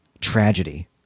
tragedy